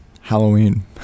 halloween